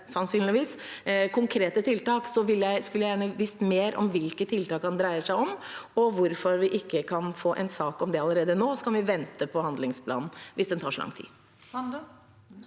konkrete tiltak, skulle jeg gjerne visst mer om hvilke tiltak det dreier seg om, og om hvorfor vi ikke kan få en sak om det allerede nå – og så kan vi vente på handlingsplanen, hvis den tar så lang tid.